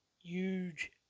huge